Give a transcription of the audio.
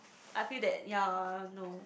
I feel that yea no